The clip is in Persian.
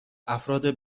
افراد